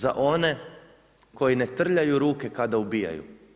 Za one koji ne trljaju ruke kada ubijaju.